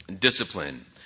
discipline